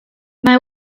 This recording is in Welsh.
mae